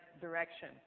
direction